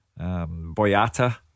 Boyata